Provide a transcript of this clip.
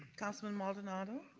councilman maldonado.